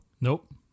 Nope